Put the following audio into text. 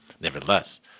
Nevertheless